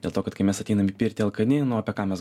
dėl to kad kai mes ateinam į pirtį alkani apie ką mes